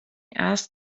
asked